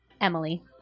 Emily